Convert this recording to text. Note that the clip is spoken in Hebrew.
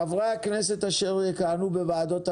חברי הכנסת אשר יכהנו בוועדות המשנה: